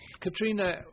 Katrina